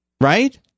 Right